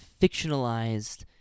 fictionalized